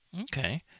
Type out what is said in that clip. Okay